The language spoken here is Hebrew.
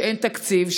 שאין תקציב,